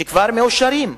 שכבר מאושרים.